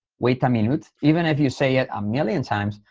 wait a minute, even if you say it a million times,